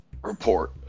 report